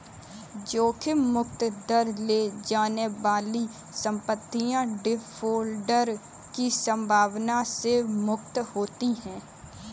जोखिम मुक्त दर ले जाने वाली संपत्तियाँ डिफ़ॉल्ट की संभावना से मुक्त होती हैं